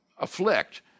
afflict